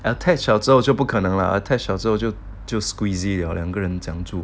attach 了之后就不可能了 attached 了之后就 squeezy 了 leh 两个人怎样住